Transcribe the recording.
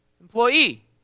employee